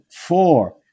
Four